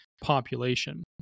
population